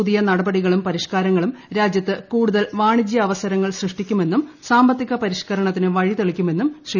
പുതിയ നടപടികളും പരിഷ്കാരങ്ങളും രാജ്യത്ത് കൂടുതൽ വാണിജ്യ അവസരങ്ങൾ സൃഷ്ടിക്കുമെന്നും സാമ്പത്തിക പരിഷ്കരണത്തിന് വഴി തെളിക്കുമെന്നും ശ്രീ